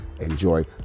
Enjoy